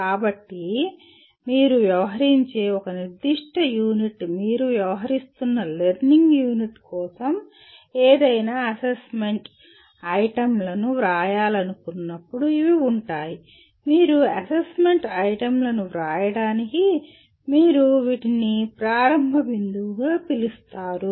కాబట్టి మీరు వ్యవహరించే ఒక నిర్దిష్ట యూనిట్ మీరు వ్యవహరిస్తున్న లెర్నింగ్ యూనిట్ కోసం ఏదైనా అసెస్మెంట్ ఐటమ్లను వ్రాయాలనుకున్నప్పుడు ఇవి ఉంటాయి మీ అసెస్మెంట్ ఐటమ్లను వ్రాయడానికి మీరు వీటిని ప్రారంభ బిందువుగా పిలుస్తారు